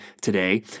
today